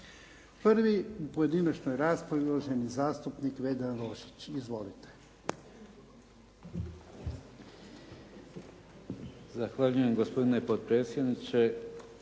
Prvi u pojedinačnoj raspravi, uvaženi zastupnik Vedran Rožić. Izvolite.